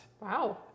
Wow